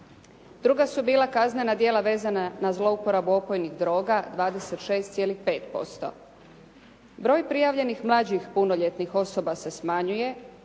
Druga su bila kaznena djela vezana za zlouporabu opojnih droga 26,5%. Broj prijavljenih mlađih punoljetnih osoba se smanjuje